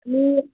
நீங்கள்